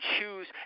choose